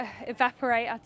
evaporate